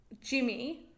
Jimmy